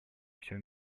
всем